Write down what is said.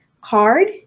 card